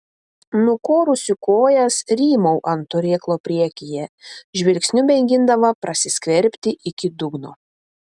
nukorusi kojas rymau ant turėklo priekyje žvilgsniu mėgindama prasiskverbti iki dugno